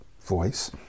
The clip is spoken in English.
voice